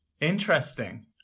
interesting